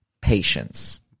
patience